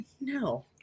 No